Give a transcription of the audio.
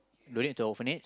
donate to orphanage